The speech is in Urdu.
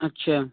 اچھا